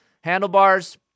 Handlebars